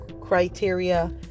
criteria